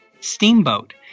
steamboat